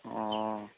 ꯑꯣ